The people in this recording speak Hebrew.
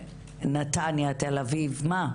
נתניה, תל אביב, מה?